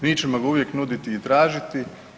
Mi ćemo ga uvijek nuditi i tražiti.